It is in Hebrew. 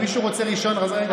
אם מישהו רוצה ראשון, אז אין בעיה.